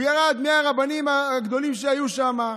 הוא ירד מהרבנים הגדולים שהיו שם,